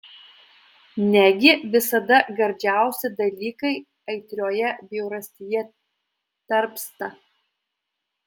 negi visada gardžiausi dalykai aitrioje bjaurastyje tarpsta